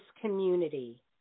community